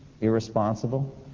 irresponsible